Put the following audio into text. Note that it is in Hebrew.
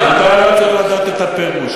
אתה לא צריך לדעת את הפירוש,